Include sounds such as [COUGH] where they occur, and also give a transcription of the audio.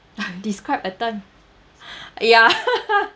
[LAUGHS] describe a time [BREATH] ya [LAUGHS]